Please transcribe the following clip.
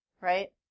right